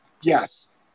Yes